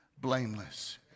blameless